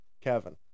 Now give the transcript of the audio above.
Kevin